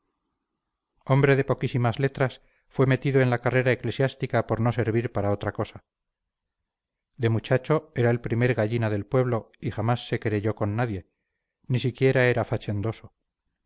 hombre de poquísimas letras fue metido en la carrera eclesiástica por no servir para otra cosa de muchacho era el primer gallina del pueblo y jamás se querelló con nadie ni siquiera era